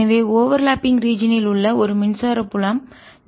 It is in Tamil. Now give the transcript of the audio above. எனவே ஓவர்லாப்பிங் ஒன்றுடன் ஒன்று ரீஜியன் உள்ள ஒரு மின்சார புலம்